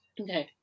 okay